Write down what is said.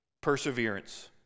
perseverance